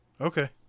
Okay